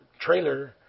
trailer